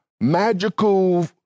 magical